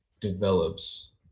develops